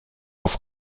auf